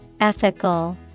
Ethical